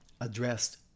addressed